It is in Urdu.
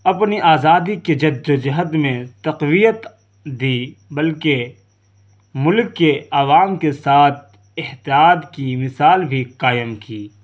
اپنی آزادی کے جد و جہد میں تقویت دی بلکہ ملک کے عوام کے ساتھ احتیاط کی مثال بھی قائم کی